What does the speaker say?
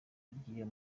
ry’iyo